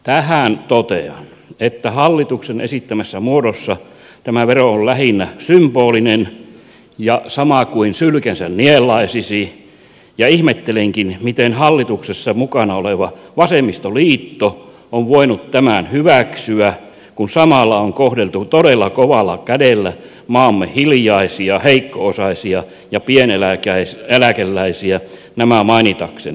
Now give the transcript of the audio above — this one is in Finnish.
tähän totean että hallituksen esittämässä muodossa tämä vero on lähinnä symbolinen ja sama kuin sylkensä nielaisisi ja ihmettelenkin miten hallituksessa mukana oleva vasemmistoliitto on voinut tämän hyväksyä kun samalla on kohdeltu todella kovalla kädellä maamme hiljaisia heikko osaisia ja pieneläkeläisiä nämä mainitakseni